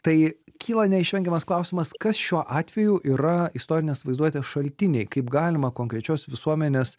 tai kyla neišvengiamas klausimas kas šiuo atveju yra istorinės vaizduotės šaltiniai kaip galima konkrečios visuomenės